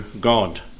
God